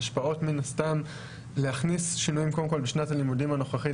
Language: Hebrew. ההשפעות מן הסתם להכניס שינויים קודם כל בשנת הלימודים הנוכחית,